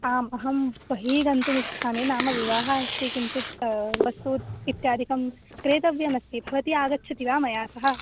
आम् अहं बहिः गन्तुम् इच्छामि नाम विवाहः अस्ति किञ्चित् वस्तु इत्यादिकं क्रेतव्यम् अस्ति भवती आगच्छति वा मया सह